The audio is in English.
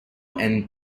and